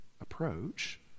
approach